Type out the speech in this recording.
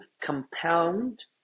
compound